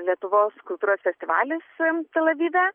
lietuvos kultūros festivalis tel avive